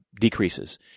decreases